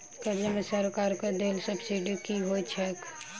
कर्जा मे सरकारक देल सब्सिडी की होइत छैक?